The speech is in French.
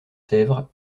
sèvres